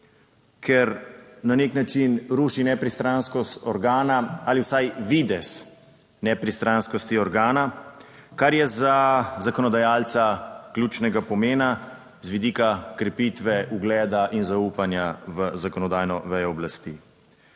ker na nek način ruši nepristranskost organa ali vsaj videz nepristranskosti organa, kar je za zakonodajalca ključnega pomena z vidika krepitve ugleda in zaupanja v zakonodajno vejo oblasti.